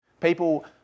People